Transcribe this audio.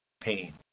pain